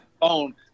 phone